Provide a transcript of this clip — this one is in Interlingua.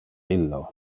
illo